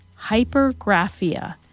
hypergraphia